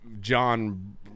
John